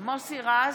מוסי רז,